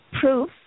proof